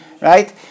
right